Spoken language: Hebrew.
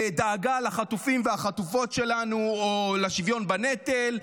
על דאגה לחטופים והחטופות שלנו או על שוויון בנטל,